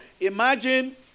imagine